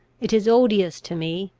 it is odious to me,